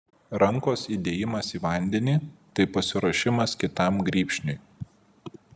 rankos įdėjimas į vandenį tai pasiruošimas kitam grybšniui